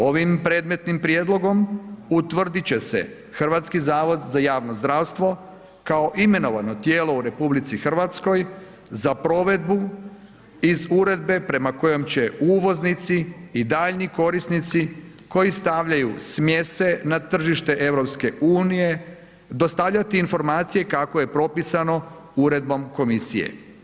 Ovim predmetnim prijedlogom utvrditi će se Hrvatski zavod za javno zdravstvo kao imenovano tijelo u RH za provedbu iz uredbe prema kojoj će uvoznici i daljnji korisnici koji stavljaju smjese na tržište EU dostavljati informacije kako je propisano uredbom komisije.